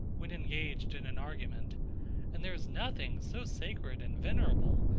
when engaged in an argument and there is nothing so sacred and venerable,